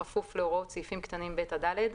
בכפוף להוראות סעיפים קטנים (ב) עד (ד),